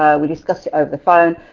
um we discussed it over the phone.